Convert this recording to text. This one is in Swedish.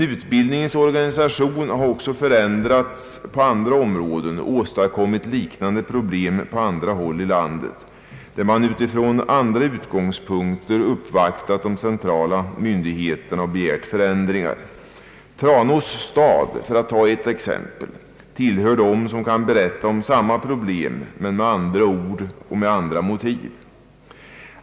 Utbildningens organisation har emellertid också förändrats på andra områden och åstadkommit liknande problem på olika håll i landet, där man uppvaktat de centrala myndigheterna från andra utgångspunkter och begärt förändringar. Tranås stad, för att ta ett exempel, tillhör dem som kan berätta om samma problem men med andra ord och motiv.